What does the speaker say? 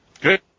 Good